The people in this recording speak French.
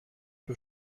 peu